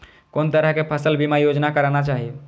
कोन तरह के फसल बीमा योजना कराना चाही?